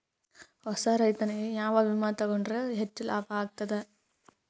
ಹೊಸಾ ರೈತನಿಗೆ ಯಾವ ವಿಮಾ ತೊಗೊಂಡರ ಹೆಚ್ಚು ಲಾಭ ಆಗತದ?